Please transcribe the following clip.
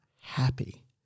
happy